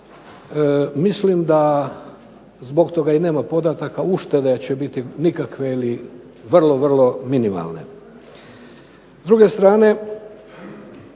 mislim da zbog toga i nema podataka, uštede će biti nikakve ili vrlo minimalne.